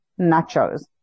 nachos